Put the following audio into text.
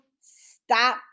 Stop